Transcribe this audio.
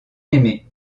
aimée